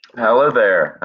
hello there,